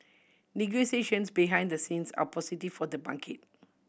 negotiations behind the scenes are positive for the market